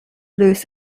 luce